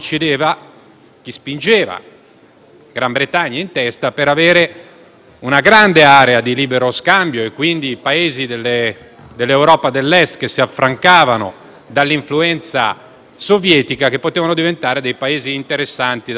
in testa - spingeva per avere una grande area di libero scambio, con i Paesi dell'Europa dell'Est, che si affrancavano dall'influenza sovietica e potevano diventare interessanti dal punto di vista dell'*export*